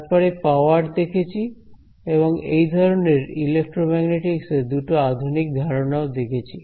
তারপরে পাওয়ার দেখেছি এবং এই ধরনের ইলেক্ট্রোম্যাগনেটিকস এর দুটো আধুনিক ধারণা ও দেখেছি